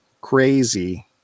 crazy